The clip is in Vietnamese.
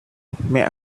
không